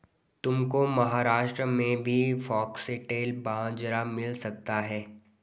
तुमको महाराष्ट्र में भी फॉक्सटेल बाजरा मिल सकता है